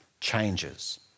changes